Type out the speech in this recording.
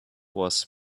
was